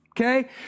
Okay